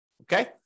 Okay